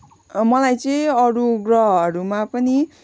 मलाई चाहिँ अरू ग्रहहरूमा पनि